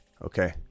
Okay